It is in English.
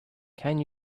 can